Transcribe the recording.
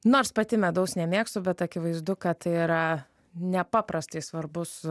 nors pati medaus nemėgstu bet akivaizdu kad tai yra nepaprastai svarbus